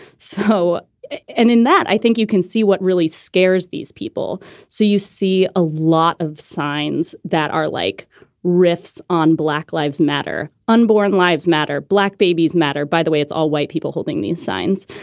so and in that, i think you can see what really scares these people. so you see a lot of signs that are like riffs on black lives matter, unborn lives matter, black babies matter. by the way, it's all white people holding these signs.